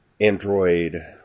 Android